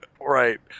right